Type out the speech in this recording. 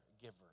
giver